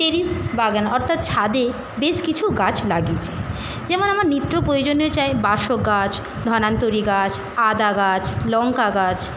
terrace বাগান অর্থাৎ ছাদে বেশ কিছু গাছ লাগিয়েছি যেমন আমার নিত্য প্রয়োজনীয় চাই বাসক গাছ ধন্বন্তরি গাছ আদা গাছ লঙ্কা গাছ